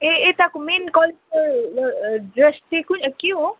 ए यताको main culture dress चाहिँ कुन के हो